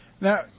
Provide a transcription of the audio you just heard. Now